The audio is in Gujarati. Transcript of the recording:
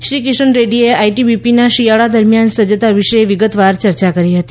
શ્રી કિશન રેડ્ડીએ આઇટીબીપીની શિયાળા દરમિયાન સજ્જતા વિશે વિગતવાર ચર્ચા કરી હતી